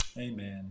Amen